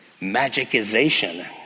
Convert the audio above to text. magicization